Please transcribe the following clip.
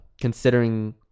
considering